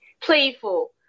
playful